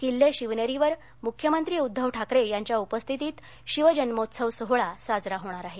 किल्ले शिवनेरीवर मुख्यमंत्री उद्धव ठाकरे यांच्या उपस्थितीत शिव जन्मोत्सव सोहळा साजरा होणार आहे